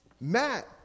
Matt